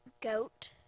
goat